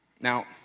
Now